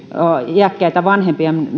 iäkkäitä vanhempiamme